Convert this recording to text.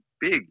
big